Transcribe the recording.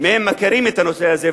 מהם מכיר את הנושא הזה.